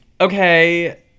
okay